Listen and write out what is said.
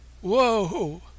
Whoa